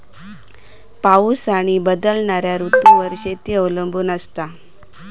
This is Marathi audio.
पाऊस आणि बदलणारो ऋतूंवर शेती अवलंबून असता